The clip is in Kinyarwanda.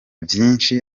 vyinshi